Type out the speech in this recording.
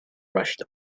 rushed